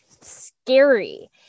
scary